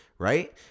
Right